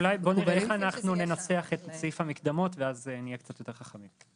אולי נראה איך ננסח את סעיף המקדמות ואז נהיה קצת יותר חכמים.